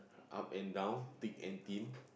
up and down thick and thin